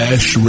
Ash